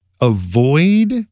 avoid